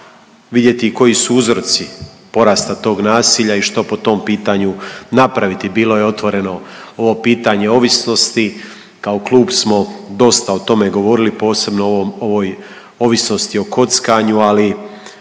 vidjeti i koji su uzroci porasta tog nasilja i što po tom pitanju napraviti. Bilo je otvoreno ovo pitanje ovisnosti, kao klub smo dosta o tome govorili, posebno ovoj ovisnosti o kockanju, ali